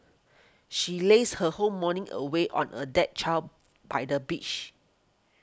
she lazed her whole morning away on a deck chair by the beach